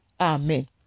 Amen